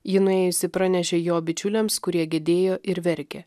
ji nuėjusi pranešė jo bičiuliams kurie gedėjo ir verkė